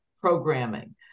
programming